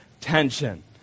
tension